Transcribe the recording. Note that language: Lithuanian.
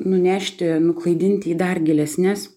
nunešti klaidinti į dar gilesnes